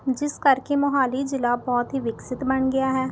ਜਿਸ ਕਰਕੇ ਮੋਹਾਲੀ ਜ਼ਿਲ੍ਹਾ ਬਹੁਤ ਹੀ ਵਿਕਸਿਤ ਬਣ ਗਿਆ ਹੈ